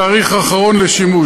תאריך אחרון לשימוש,